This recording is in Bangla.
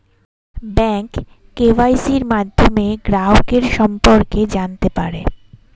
ব্যাঙ্ক কেওয়াইসির মাধ্যমে গ্রাহকের সম্পর্কে জানতে পারে